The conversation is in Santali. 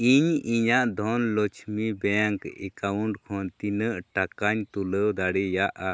ᱤᱧ ᱤᱧᱟᱹᱜ ᱫᱷᱚᱱᱚᱞᱚᱪᱷᱢᱤ ᱵᱮᱝᱠ ᱮᱠᱟᱣᱩᱱᱴ ᱠᱷᱚᱱ ᱛᱤᱱᱟᱹᱜ ᱴᱟᱠᱟᱧ ᱛᱩᱞᱟᱹᱣ ᱫᱟᱲᱮᱭᱟᱜᱼᱟ